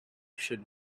should